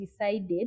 decided